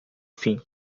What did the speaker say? fim